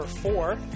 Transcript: four